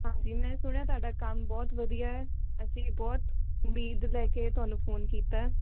ਹਾਂਜੀ ਮੈਂ ਸੁਣਿਆ ਤੁਹਾਡਾ ਕੰਮ ਬਹੁਤ ਵਧੀਆ ਅਸੀਂ ਬਹੁਤ ਉਮੀਦ ਲੈ ਕੇ ਤੁਹਾਨੂੰ ਫੋਨ ਕੀਤਾ